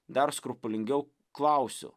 dar skrupulingiau klausiu